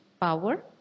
power